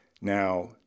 now